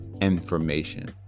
information